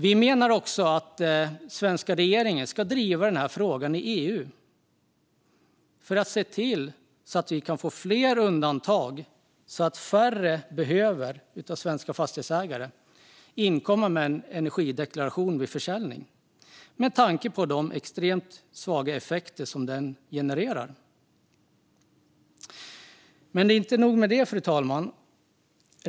Vi menar också att den svenska regeringen ska driva denna fråga i EU för att se till att vi kan få fler undantag så att färre svenska fastighetsägare ska behöva inkomma med energideklaration vid försäljning med tanke på de extremt svaga effekter som den genererar. Men det är inte nog med detta, fru talman.